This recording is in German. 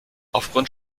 aufgrund